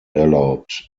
erlaubt